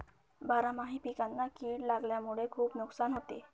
बारामाही पिकांना कीड लागल्यामुळे खुप नुकसान होते